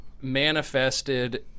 manifested